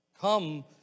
come